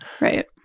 Right